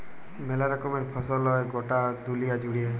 মেলা রকমের ফসল হ্যয় গটা দুলিয়া জুড়ে